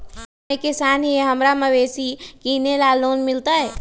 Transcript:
हम एक किसान हिए हमरा मवेसी किनैले लोन मिलतै?